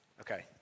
Okay